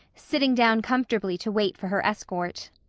sitting down comfortably to wait for her escort.